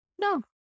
No